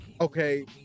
okay